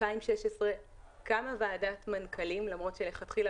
2016 קמה ועדת מנכ"לים למרות שלכתחילה